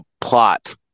plot